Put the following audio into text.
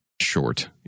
short